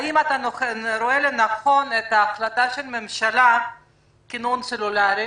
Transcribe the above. האם אתה רואה כנכונה את ההחלטה של הממשלה לכינון סלולרי?